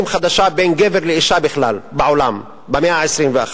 חדשה בין גבר לאשה בעולם במאה ה-21,